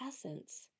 essence